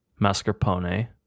mascarpone